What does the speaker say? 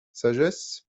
sagesse